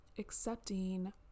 accepting